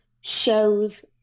shows